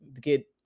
get